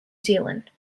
zealand